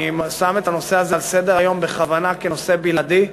אני שם את הנושא הזה על סדר-היום בכוונה כנושא בלעדי,